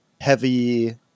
heavy